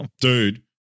Dude